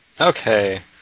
Okay